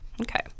Okay